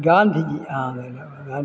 ഗാന്ധിജി ആ അത് തന്നെ ഗാന്ധിജി